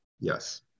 yes